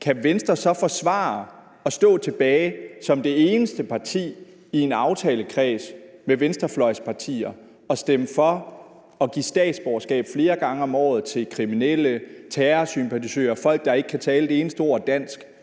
aftalen, så kan forsvare at stå tilbage som det eneste parti i en aftalekreds med venstrefløjspartier og stemme for at give statsborgerskab flere gange om året til kriminelle, terrorsympatisører og folk, der ikke kan tale et eneste ord dansk.